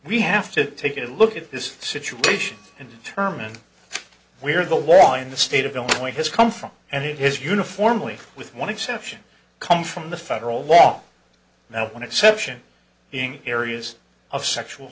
we have to take a look at this situation and determine where the law in the state of illinois has come from and it has uniformly with one exception come from the federal law now one exception being areas of sexual